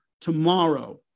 tomorrow